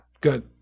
good